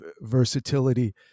versatility